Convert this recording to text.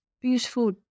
beautiful